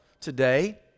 Today